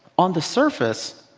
on the surface,